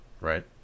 right